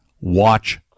Watch